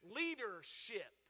leadership